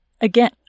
again